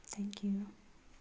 thank you